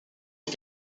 est